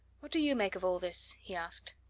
what do you make of all this? he asked.